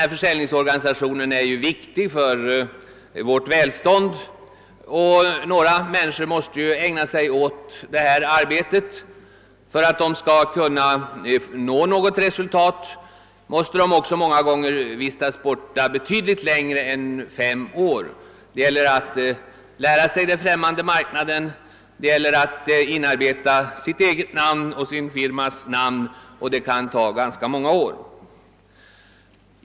Varje försäljningsorganisation där ute är viktig för vårt välstånd, och några människor måste ägna sig åt sådant arbete. För att de skall uppnå något resultat måste de många gånger vistas borta betydligt längre än fem år; det gäller att lära sig den främmande marknaden och att inarbeta sitt och firmans namn, vilket kan ta ganska många år.